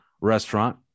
restaurant